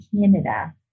Canada